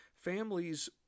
families